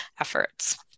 efforts